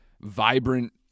vibrant